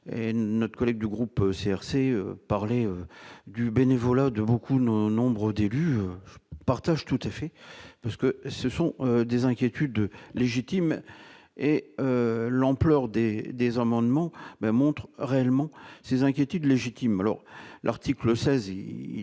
notre collègue du groupe CRC parler du bénévolat, de beaucoup non, nombre d'élus partage tout à fait parce que ce sont des inquiétudes légitimes et l'ampleur des des hommes en demandant : mais montre réellement ces inquiétudes légitimes alors l'article 16